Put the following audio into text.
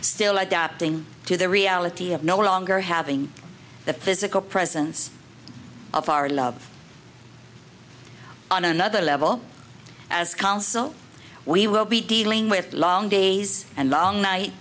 still adapting to the reality of no longer having the physical presence of our love on another level as counsel we will be dealing with long days and long night